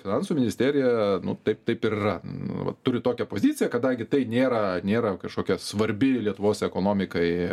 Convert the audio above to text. finansų ministerija nu taip taip ir yra vat turi tokią poziciją kadangi tai nėra nėra kažkokia svarbi lietuvos ekonomikai